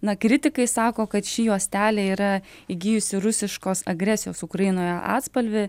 na kritikai sako kad ši juostelė yra įgijusi rusiškos agresijos ukrainoje atspalvį